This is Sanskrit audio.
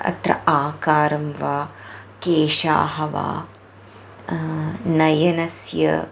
अत्र आकारं वा केशाः वा नयनस्य